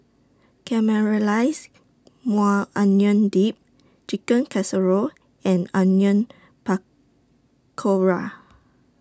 Caramelized Maui Onion Dip Chicken Casserole and Onion Pakora